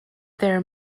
there